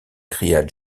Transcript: cria